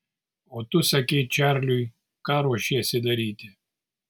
o tu sakei čarliui ką ruošiesi daryti